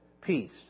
peace